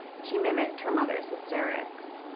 she mimicked her mother's hysterics.